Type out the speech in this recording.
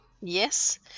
Yes